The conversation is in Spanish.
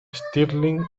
stirling